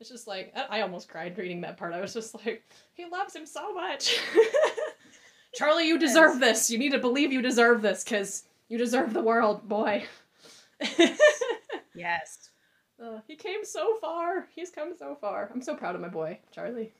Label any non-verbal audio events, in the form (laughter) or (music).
It's just like- I- I almost cried reading that part. I was just like, "He loves him so much." (laughs) (laughs) Charlie, you deserve Yes. this. You need to believe you deserve this 'cause you deserve the world, boy. (laughs) Yes. (laughs) Yes. Uh, he came so far. He's come so far. I'm so proud of my boy, Charlie.